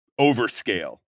overscale